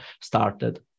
started